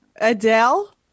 Adele